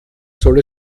soll